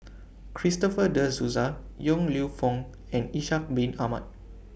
Christopher De Souza Yong Lew Foong and Ishak Bin Ahmad